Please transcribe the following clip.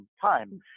time